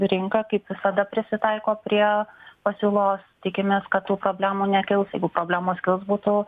rinka kaip visada prisitaiko prie pasiūlos tikimės kad tų problemų nekils jeigu problemos kils būtų